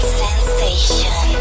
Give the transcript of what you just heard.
sensation